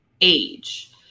age